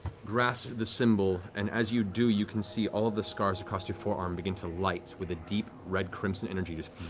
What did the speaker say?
grasp the symbol, and as you do, you can see all of the scars across your forearm begin to light with a deep red crimson energy, just